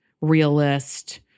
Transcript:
realist